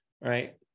right